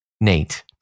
Nate